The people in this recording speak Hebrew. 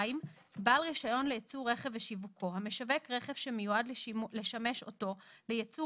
בעל רישיון לייצור רכב ושיווקו המשווק רכב שמיועד לשמש אותו לייצור